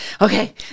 okay